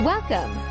Welcome